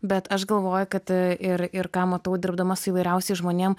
bet aš galvoju kad ir ir ką matau dirbdama su įvairiausiais žmonėm